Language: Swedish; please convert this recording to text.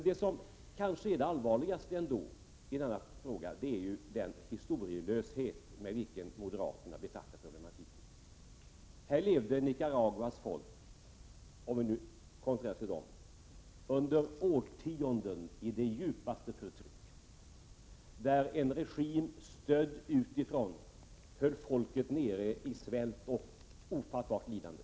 Det som kanske ändå är det allvarligaste i denna fråga är den historielöshet med vilken moderaterna betraktar problematiken. Här levde Nicaraguas folk — om vi nu koncentrerar oss på det — under årtionden i det djupaste förtryck, där en regim stödd utifrån höll folket nere i svält och ofattbart lidande.